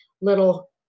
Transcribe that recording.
little